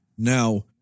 Now